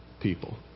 people